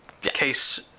Case